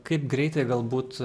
kaip greitai galbūt